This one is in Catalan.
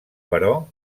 però